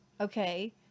Okay